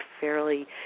fairly